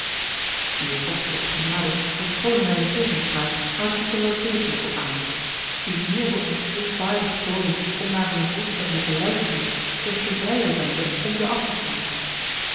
uwe vorstelijke genade verschoone mijne tegenspraak maar het komt er wel degelijk op aan hoe meer we ons volvaardig toonen om naar hunne voorstellingen te luisteren des te vrijer zijn we om ze af te slaan